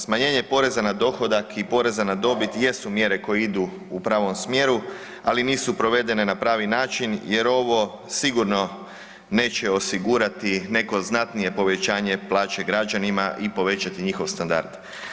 Smanjenje poreza na dohodak i poreza na dobit jesu mjere koje idu u pravom smjeru, ali nisu provedene na pravi način jer ovo sigurno neće osigurati neko znatnije povećanje plaće građanima i povećati njihov standard.